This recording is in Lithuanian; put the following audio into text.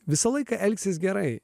visą laiką elgsis gerai